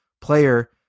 player